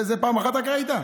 זה רק פעם אחת ראית?